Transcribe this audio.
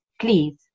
please